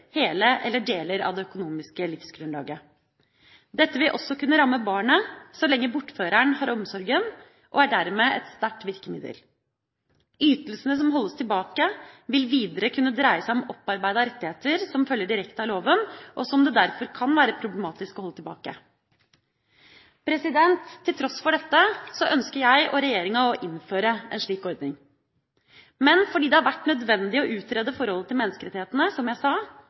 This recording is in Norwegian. hele eller deler av det økonomiske livsgrunnlaget. Dette vil også kunne ramme barnet så lenge bortføreren har omsorgen, og er dermed et sterkt virkemiddel. Ytelsene som holdes tilbake, vil videre kunne dreie seg om opparbeidede rettigheter som følger direkte av loven, og som det derfor kan være problematisk å holde tilbake. Til tross for dette ønsker jeg og regjeringa å innføre en slik ordning. Men fordi det har vært nødvendig å utrede forholdet til menneskerettighetene, som jeg sa,